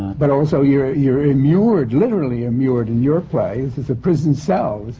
but also, you're. you're immured. litterally immured in your play. it's. it's a prison cell. it's.